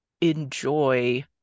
enjoy